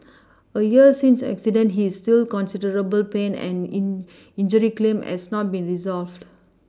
a year since the accident he is still considerable pain and in injury claim has not been resolved